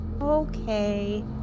Okay